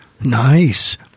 Nice